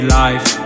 life